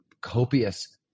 copious